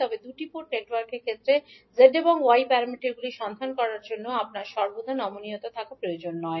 তবে দুটি পোর্ট নেটওয়ার্কের ক্ষেত্রে z এবং y প্যারামিটারগুলি সন্ধান করার জন্য আপনার সর্বদা নমনীয়তা থাকা প্রয়োজন নয়